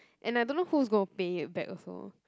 and I don't know who's gonna pay it back also